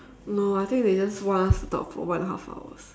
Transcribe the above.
no I think they just want us to talk for one and a half hours